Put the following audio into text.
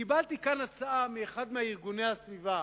קיבלתי כאן הצעה מאחד מארגוני הסביבה,